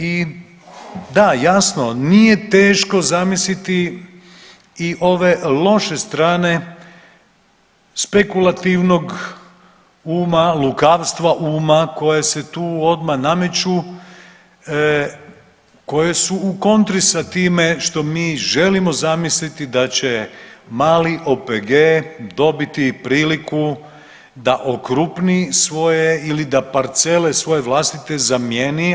I da jasno, nije teško zamisliti i ove loše strane spekulativnog uma lukavstva uma koja se tu odmah nameću koje su u kontri sa time što mi želimo zamisliti da će mali OPG dobiti priliku da okrupni svoje ili da parcele svoje vlastite zamijeni.